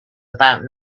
about